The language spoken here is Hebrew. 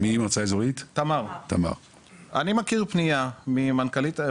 אני מכיר פנייה ממנכ"לית,